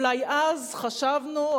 אולי אז חשבנו,